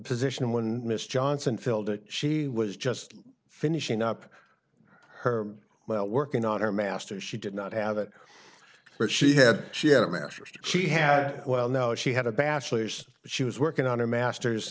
position when mr johnson filled it she was just finishing up her well working on her masters she did not have it but she had she had a master's she had well no she had a bachelor's she was working on her master